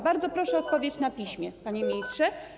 Bardzo proszę o odpowiedź na piśmie, panie ministrze.